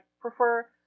prefer